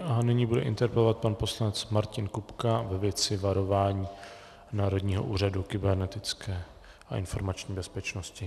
Nyní bude interpelovat pan poslanec Martin Kupka ve věci varování Národního úřadu kybernetické a informační bezpečnosti.